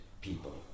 people